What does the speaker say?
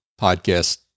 podcast